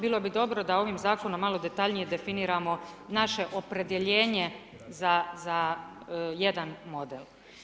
Bilo bi dobro da ovim zakonom malo detaljnije definiramo naše opredjeljenje za jedan model.